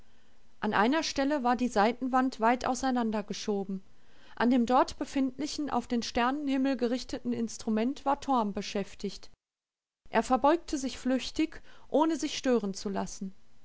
an einer stelle war die seitenwand weit auseinandergeschoben an dem dort befindlichen auf den sternenhimmel gerichteten instrument war torm beschäftigt er verbeugte sich flüchtig ohne sich stören zu lassen